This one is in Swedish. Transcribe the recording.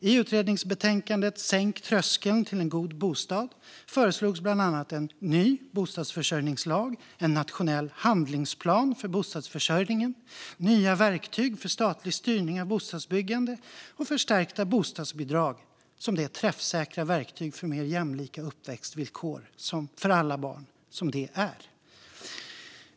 I utredningsbetänkandet Sänk tröskeln till en god bostad föreslogs bland annat en ny bostadsförsörjningslag, en nationell handlingsplan för bostadsförsörjningen, nya verktyg för statlig styrning av bostadsbyggande och förstärkta bostadsbidrag som det träffsäkra verktyg för mer jämlika uppväxtvillkor för alla barn som det är.